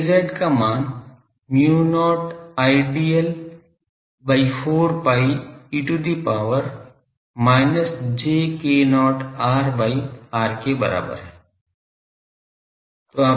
Az का मान mu not Idl by 4 pi e to the power minus j k not r by r के बराबर है